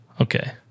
Okay